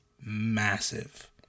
massive